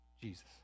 Jesus